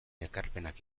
ekarpenak